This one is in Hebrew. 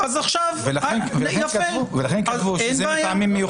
ברגע שאדם חוזר בו מן